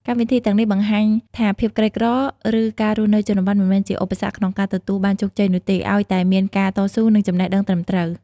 កម្មវិធីទាំងនេះបានបង្ហាញថាភាពក្រីក្រ ឬការរស់នៅជនបទមិនមែនជាឧបសគ្គក្នុងការទទួលបានជោគជ័យនោះទេ ឲ្យតែមានការតស៊ូ និងចំណេះដឹងត្រឹមត្រូវ។